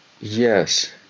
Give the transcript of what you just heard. Yes